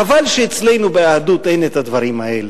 חבל שאצלנו, ביהדות, אין את הדברים האלה.